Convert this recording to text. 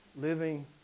living